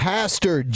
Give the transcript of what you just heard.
Pastor